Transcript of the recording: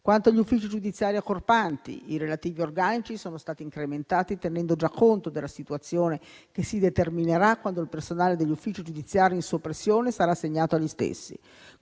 Quanto agli uffici giudiziari accorpanti, i relativi organici sono stati incrementati tenendo già conto della situazione che si determinerà quando il personale degli uffici giudiziari in soppressione sarà assegnato agli stessi.